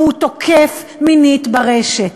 והוא תוקף מינית ברשת.